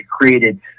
created